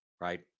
Right